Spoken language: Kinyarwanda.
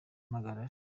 impagarara